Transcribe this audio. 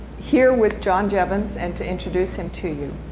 here with john jeavons and to introduce him to you.